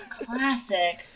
classic